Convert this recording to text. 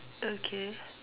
okay